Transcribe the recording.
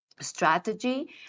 strategy